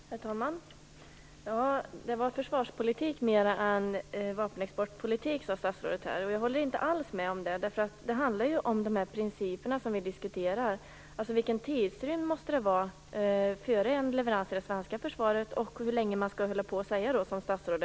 Herr talman! Det här var försvarspolitik mer än vapenexportpolitik, sade statsrådet. Det håller jag inte alls med om. Det handlar ju om de principer vi diskuterar. Det handlar om vilken tidsrymd det måste vara före en leverans till det svenska försvaret och om hur länge man skall hålla på att säga som statsrådet.